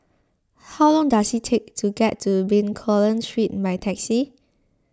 how long does it take to get to Bencoolen Street by taxi